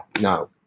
No